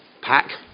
pack